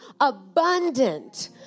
abundant